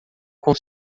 com